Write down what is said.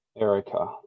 Erica